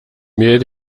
mel